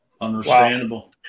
Understandable